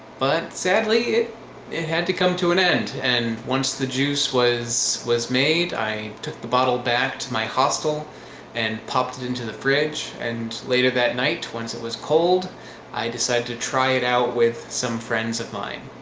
but sadly it it had to come to an end and once the juice was was made i took the bottle back to my hostel and popped it into the fridge and later that night once it was cold i decided to try it out with some friends of mine